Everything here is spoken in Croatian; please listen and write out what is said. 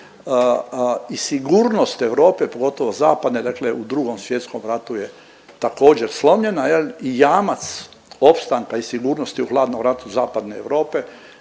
i sigurnost Europe, pogotovo zapadne u Drugom svjetskom ratu je također slomljena jel, jamac opstanka i sigurnosti u hladnom ratu Zapadne Europe